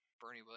bernie